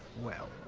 well.